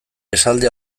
esaldi